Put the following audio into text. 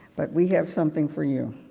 but we have something for you.